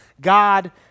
God